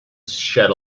shed